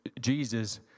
Jesus